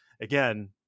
Again